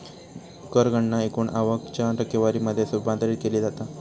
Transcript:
कर गणना एकूण आवक च्या टक्केवारी मध्ये रूपांतरित केली जाता